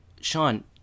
Sean